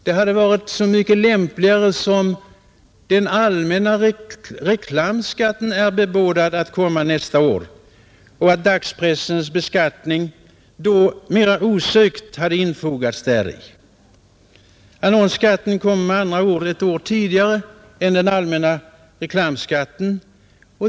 Det hade varit så mycket lämpligare som den allmänna reklamskatten bebådats att komma nästa år och dagspressens beskattning då mera osökt kunde infogats däri. Annonsskatten kommer med andra ord ett år tidigare än denna allmänna reklamskatt.